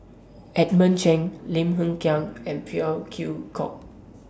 Edmund Cheng Lim Hng Kiang and Phey Yew Kok